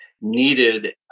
needed